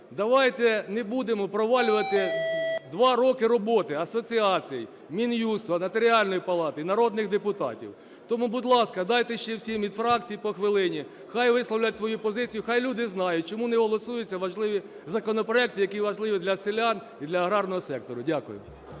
давайте не будемо провалювати два роки роботи асоціацій, Мін'юсту, Нотаріальної палати, народних депутатів. Тому, будь ласка, дайте ще всім від фракцій по хвилині, хай висловлять свою позицію. Хай люди знають, чому не голосуються важливі законопроекти, які важливі для селян і для аграрного сектору. Дякую.